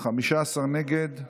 15 נגד.